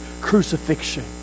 Crucifixion